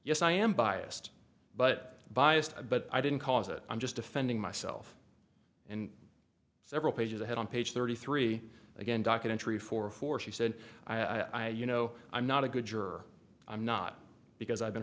yes i am biased but biased but i didn't cause it i'm just defending myself and several pages ahead on page thirty three again documentary for four she said i you know i'm not a good juror i'm not because i've been